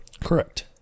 Correct